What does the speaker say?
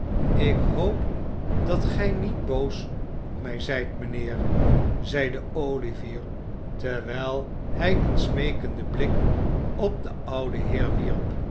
ik hoop dat gij niet boos op mij zijt mijnheer zeide olivier terwijl hij een smeekenden blik op den ouden heer